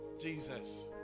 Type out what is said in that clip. Jesus